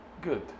Good